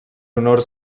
honor